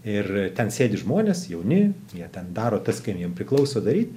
ir ten sėdi žmonės jauni jie ten daro tas kam jiem priklauso daryt